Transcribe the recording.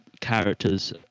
characters